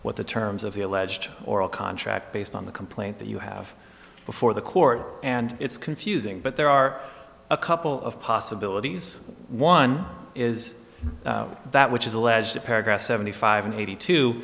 what the terms of the alleged oral contract based on the complaint that you have before the court and it's confusing but there are a couple of possibilities one is that which is alleged to paragraph seventy five and eighty two